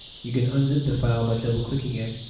you can unzip the file by double clicking it,